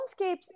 Homescapes